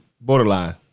borderline